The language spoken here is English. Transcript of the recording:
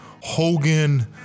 Hogan